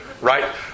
Right